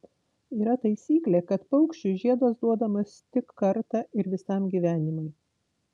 yra taisyklė kad paukščiui žiedas duodamas tik kartą ir visam gyvenimui